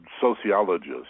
sociologist